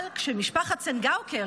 אבל כשמשפחת צנגאוקר,